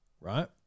Right